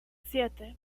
siete